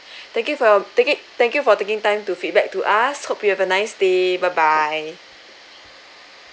thank you for your thank you thank y~ for taking time to feedback to us hope you have a nice day bye bye